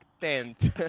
tent